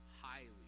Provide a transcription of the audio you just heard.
highly